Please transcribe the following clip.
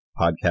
podcast